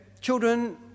children